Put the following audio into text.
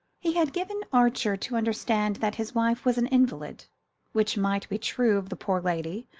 he had given archer to understand that his wife was an invalid which might be true of the poor lady,